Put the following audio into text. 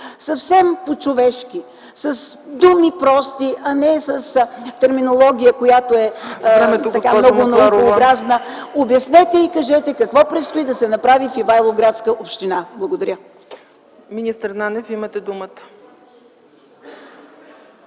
съвсем по човешки, с думи прости, а не с терминология, която е много наукообразна, обяснете и кажете какво престои да се направи в Ивайловградска община. Благодаря. ПРЕДСЕДАТЕЛ ЦЕЦКА ЦАЧЕВА: